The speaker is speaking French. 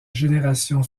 génération